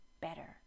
better